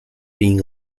being